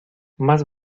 más